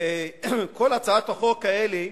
כל הצעות החוק האלה,